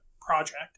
project